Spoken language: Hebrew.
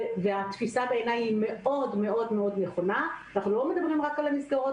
ובעיניי התפיסה הוא מאוד מאוד נכונה כי אנחנו לא מדברים רק על המקצועות